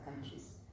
countries